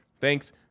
Thanks